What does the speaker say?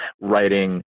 writing